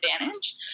advantage